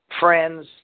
friends